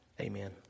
Amen